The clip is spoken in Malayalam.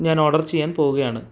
ഞാൻ ഓഡർ ചെയ്യാൻ പോവുകയാണ്